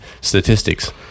statistics